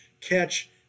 catch